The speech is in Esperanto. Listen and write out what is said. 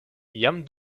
jam